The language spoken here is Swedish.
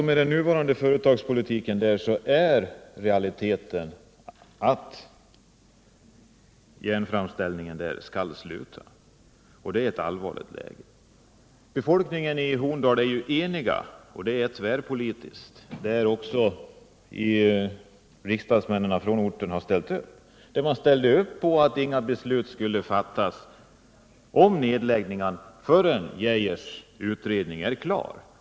Med den nuvarande företagspolitiken där är realiteten den att järnframställningen skall upphöra, och det är en allvarlig situation. Befolkningen i Horndal är enig — det är ett tvärpolitiskt ställningstagande, och riksdagsmännen från orten har också ställt upp på att inga beslut skall fattas om nedläggningar förrän Arne Geijers utredning är klar.